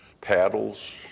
paddles